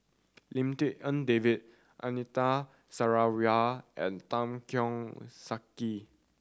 Lim Tik En David Anita Sarawak and Tan Keong Saik